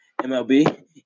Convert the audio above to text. MLB